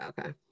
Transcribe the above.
okay